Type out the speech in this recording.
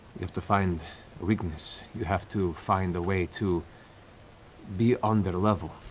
you have to find a weakness, you have to find the way to be on their level.